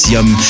Yum